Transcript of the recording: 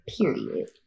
Period